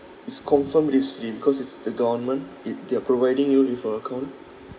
is confirmed risk free because it's the government it they're providing you with a account